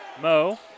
Mo